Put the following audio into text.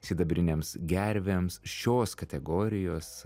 sidabrinėms gervėms šios kategorijos